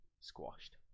squashed